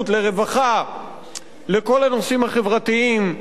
לכל הנושאים החברתיים שצריך להשקיע בהם,